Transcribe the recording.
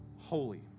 holy